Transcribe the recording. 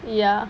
ya